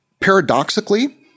Paradoxically